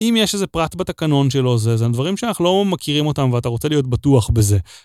אם יש איזה פרט בתקנון שלו, זה הדברים שאנחנו לא מכירים אותם ואתה רוצה להיות בטוח בזה.